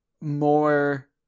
more